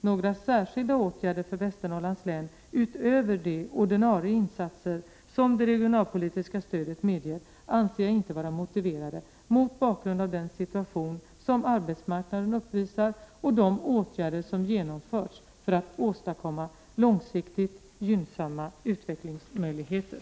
Några särskilda åtgärder för Västernorrlands län utöver de ordinarie insatser som det regionalpolitiska stödet medger anser jag inte vara motiverade, mot bakgrund av den situation som arbetsmarknaden uppvisar och de åtgärder som genomförts för att åstadkomma långsiktigt gynnsamma utvecklingsmöjligheter.